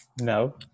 no